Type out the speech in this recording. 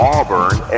Auburn